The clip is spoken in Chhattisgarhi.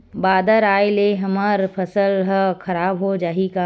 बादर आय ले हमर फसल ह खराब हो जाहि का?